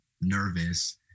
nervous